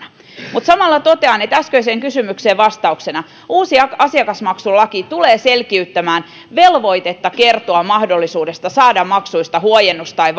mutta samalla totean äskeiseen kysymykseen vastauksena uusi asiakasmaksulaki tulee selkiyttämään velvoitetta kertoa mahdollisuudesta saada maksuista huojennus tai